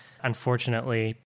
unfortunately